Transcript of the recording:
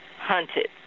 hunted